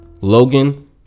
logan